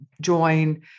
join